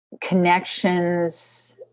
connections